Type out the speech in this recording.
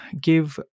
give